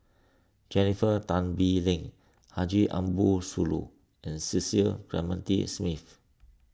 Jennifer Tan Bee Leng Haji Ambo Sooloh and Cecil Clementi Smith